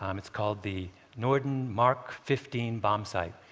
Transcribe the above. um it's called the norden mark fifteen bombsight.